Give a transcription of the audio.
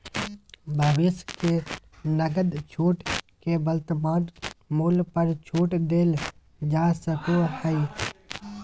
भविष्य के नकद छूट के वर्तमान मूल्य पर छूट देल जा सको हइ